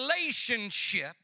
relationship